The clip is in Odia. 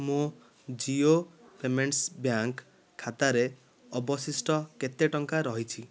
ମୋ ଜିଓ ପେମେଣ୍ଟ୍ସ୍ ବ୍ୟାଙ୍କ୍ ଖାତାରେ ଅବଶିଷ୍ଟ କେତେ ଟଙ୍କା ରହିଛି